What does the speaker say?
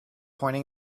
pointing